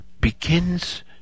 begins